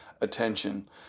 attention